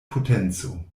potenco